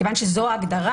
כיוון שזו ההגדרה,